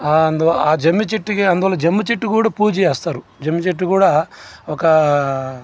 అందువల్ల ఆ జమ్మి చెట్టుకి అందులో జమ్మి చెట్టుకి పూజ చేస్తారు జమ్మి చెట్టుకు కూడా ఒక